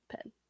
Pen